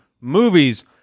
movies